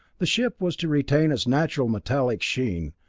the ship was to retain its natural metallic sheen,